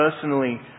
personally